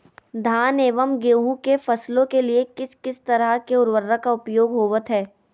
धान एवं गेहूं के फसलों के लिए किस किस तरह के उर्वरक का उपयोग होवत है?